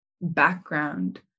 background